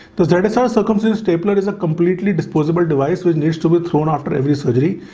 the service also comes in. stapler is a completely disposable device which needs to be thrown after every surgery.